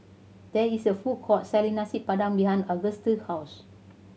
there is a food court selling Nasi Padang behind Auguste's house